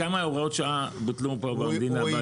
כמה הוראות שעה בוטלו בהיסטוריה?